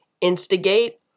instigate